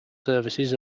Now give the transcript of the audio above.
services